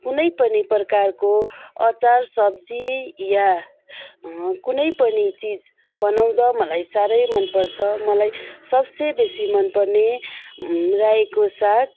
कुनै पनि प्रकारको अचार सब्जी या कुनै पनि चिज बनाउँदा मलाई साह्रै मनपर्छ मलाई सबसे बेसी मनपर्ने रायोको साग